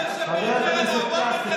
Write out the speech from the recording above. חבר הכנסת כץ,